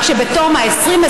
רק שבתום 20,